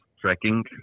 tracking